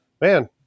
man